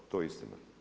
To je istina.